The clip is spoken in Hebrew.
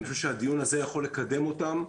אני חושב שהדיון הזה יכול לקדם אותם,